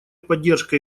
поддержка